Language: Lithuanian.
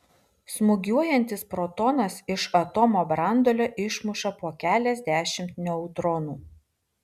smūgiuojantis protonas iš atomo branduolio išmuša po keliasdešimt neutronų